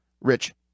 Rich